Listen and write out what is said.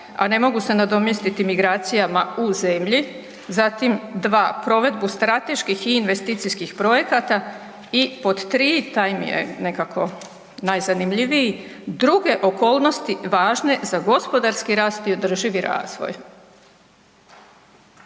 a ne mogu se nadomjestiti migracijama u zemlji, 2. provedbu strateških i investicijskih projekta i pod 3.“, taj mi je nekako najzanimljiviji „druge okolnosti važne za gospodarski rast i održivi razvoj“.